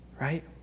right